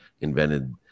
invented